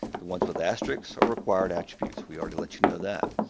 the ones with asterisks are required attributes. we already let you know that.